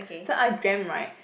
so I dreamt right